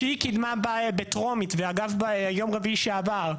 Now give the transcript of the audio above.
שהיא קידמה בטרומית ואגב ביום רביעי שעבר,